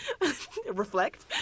reflect